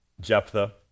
Jephthah